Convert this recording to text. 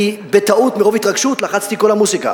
אני בטעות, מרוב התרגשות, לחצתי "קול המוזיקה".